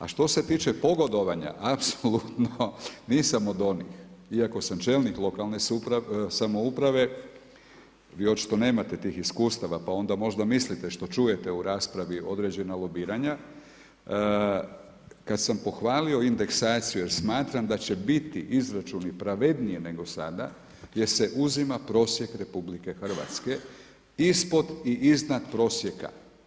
A što se tiče pogodovanja apsolutno nisam od onih iako sam čelnik lokalne samouprave, vi očito nemate tih iskustava pa onda možda mislite što čujete u raspravi određena lobiranja, kad sam pohvalio indeksaciju jer smatram da će biti izračuni pravednije nego sada jer se uzima prosjek Republike Hrvatske ispod i iznad prosjeka.